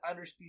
underspeed